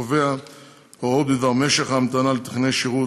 שקובע הוראות בדבר משך ההמתנה לטכנאי שירות,